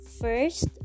first